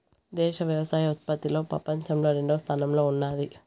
దేశం వ్యవసాయ ఉత్పత్తిలో పపంచంలో రెండవ స్థానంలో ఉన్నాది